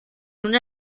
una